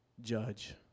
Judge